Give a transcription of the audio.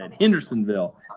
Hendersonville